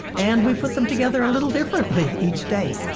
and we put them together a little differently each day.